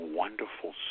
wonderful